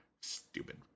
Stupid